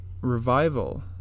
revival